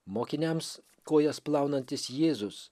mokiniams kojas plaunantis jėzus